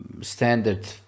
standard